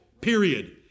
Period